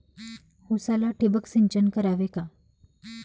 उसाला ठिबक सिंचन करावे का?